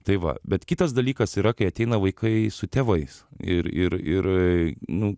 tai va bet kitas dalykas yra kai ateina vaikai su tėvais ir ir ir nu